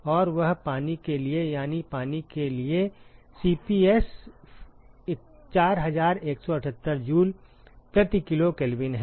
और वह पानी के लिए यानी पानी के लिए Cps 4178 जूल प्रति किलो केल्विन है